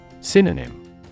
Synonym